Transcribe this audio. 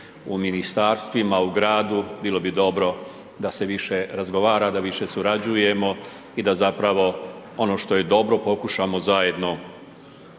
u ministarstvima, u gradu, bilo bi dobro da se više razgovara, da više surađujemo i da zapravo ono što je dobro pokušamo zajedno